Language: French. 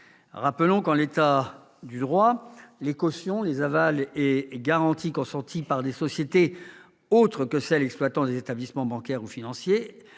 Rappelons qu'en l'état du droit ces cautions, avals et garanties consentis par des sociétés autres que des sociétés exploitant des établissements bancaires ou financiers